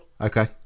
Okay